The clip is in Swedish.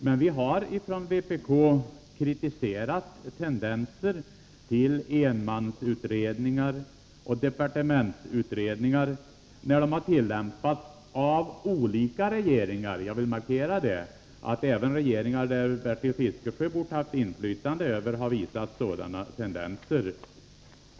Men vi har från vpk kritiserat tendenser till enmansutredningar och departementsutredningar som framkommit under olika regeringar — jag vill markera att även regeringar där Bertil Fiskesjö borde haft inflytande har visat sådana tendenser.